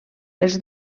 els